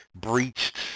breached